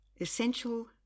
Essential